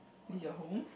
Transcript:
this your home